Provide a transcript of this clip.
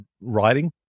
writing